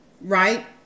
right